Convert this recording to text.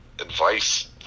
advice